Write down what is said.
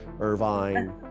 Irvine